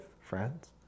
friends